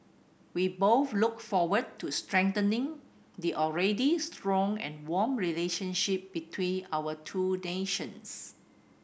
we both look forward to strengthening the already strong and warm relationship between our two nations